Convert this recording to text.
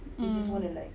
mm